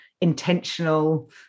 intentional